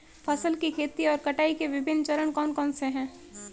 फसल की खेती और कटाई के विभिन्न चरण कौन कौनसे हैं?